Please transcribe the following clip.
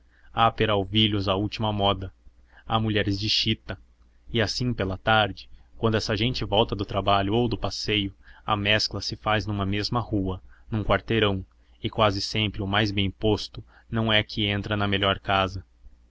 há peralvilhos à última moda há mulheres de chita e assim pela tarde quando essa gente volta do trabalho ou do passeio a mescla se faz numa mesma rua num quarteirão e quase sempre o mais bem posto não é que entra na melhor casa